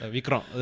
Vikram